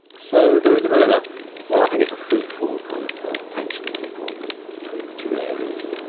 so there is a bit of a well i think it's a fruitful kind of tension there probably, between the two areas.